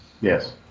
Yes